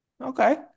Okay